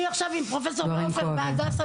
אני עכשיו עם פרופסור --- בבית החולים הדסה